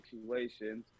situations